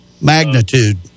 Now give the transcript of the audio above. magnitude